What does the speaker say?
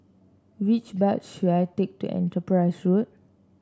which bus should I take to Enterprise Road